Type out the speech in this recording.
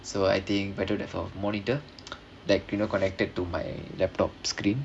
so I think better to have a monitor that you know connected to my laptop screen